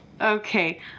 okay